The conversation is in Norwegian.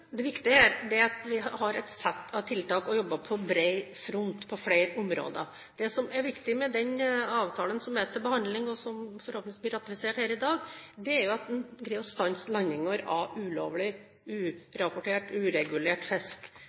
Det viktige her er at vi har et sett av tiltak, og at vi jobber på bred front på flere områder. Det som er viktig med den avtalen som er til behandling her i dag, og som det forhåpentligvis blir vedtatt at vi skal ratifisere, er at en greier å stanse landinger av ulovlig, urapportert, uregulert fisk,